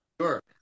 Sure